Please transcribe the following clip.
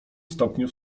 stopniu